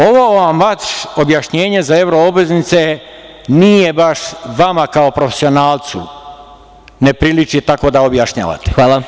Ovo vam objašnjenje za evro obveznice nije baš, vama kao profesionalcu, ne priliči tako da objašnjavate.